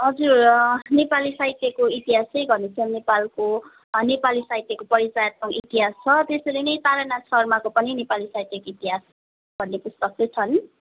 हजुर नेपाली साहित्यको इतिहास चाहिँ घनश्याम नेपालको नेपाली साहित्यको परिचयात्मक इतिहास छ त्यसरी नै तारानाथ शर्माको पनि नेपाली साहित्यको इतिहास भन्ने पुस्तक चाहिँ छन्